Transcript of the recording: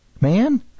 man